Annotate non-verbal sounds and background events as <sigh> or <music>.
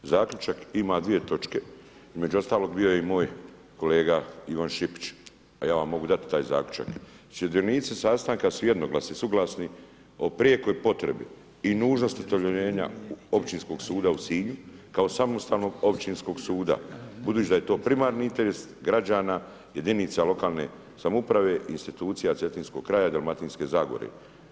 Zaključak ima dvije točke, među ostalog bio je i moj kolega Ivan Šipić, a ja vam mogu dati taj zaključak, sudionici sastanka su jednoglasni suglasni o prijekoj potrebi i nužnosti … <unintelligible> općinskog suda u Suda kao samostalnog općinskog suda, budući da je to primarni interes građana, jedinice lokalne samouprave i institucija cetinskog kraja i Dalmatinske zagore.